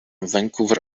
vancouver